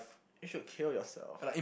you should kill yourself